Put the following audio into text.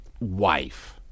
wife